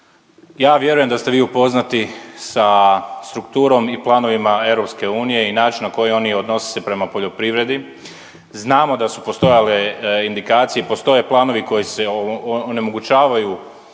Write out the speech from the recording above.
ja vjerujem da ste vi upoznati sa strukturom i planovima EU i način na koji oni se odnose prema poljoprivredi. Znamo da su postojale indikacije i postoje planovi koji se onemogućavaju